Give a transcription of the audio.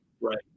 Right